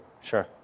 Sure